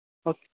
okay